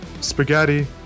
spaghetti